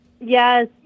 Yes